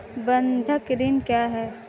बंधक ऋण क्या है?